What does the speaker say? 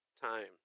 time